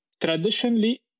Traditionally